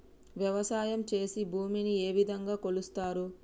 వ్యవసాయం చేసి భూమిని ఏ విధంగా కొలుస్తారు?